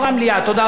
תודה רבה.